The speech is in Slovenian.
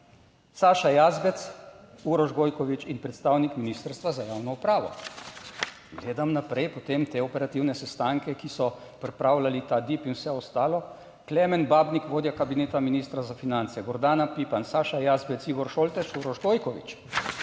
Saša Jazbec, Uroš Gojkovič in predstavnik Ministrstva za javno upravo. Gledam naprej, potem te operativne sestanke, ki so pripravljali ta DIP in vse ostalo, Klemen Babnik vodja kabineta ministra za finance, Gordana Pipan, Saša Jazbec, Igor Šoltes, Uroš Gojkovič.